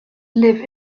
live